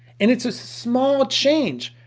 and it's a small change,